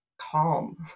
calm